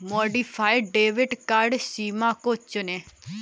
modified debit card सीमा को चुनें